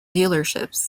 dealerships